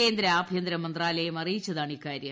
കേന്ദ്ര ആഭ്യന്തര മന്ത്രാലയം അറിയിച്ചതാണ് ഇക്കാര്യം